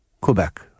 Quebec